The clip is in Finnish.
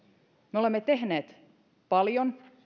me olemme tehneet paljon